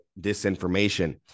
disinformation